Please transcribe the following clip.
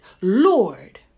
Lord